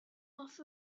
off